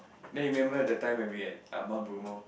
then you remember the time when we were at mount-Bromo